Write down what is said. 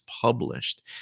published